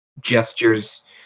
gestures